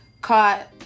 caught